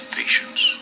patience